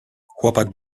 chłopak